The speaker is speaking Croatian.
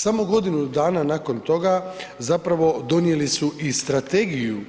Samo godinu dana nakon toga zapravo donijeli su i strategiju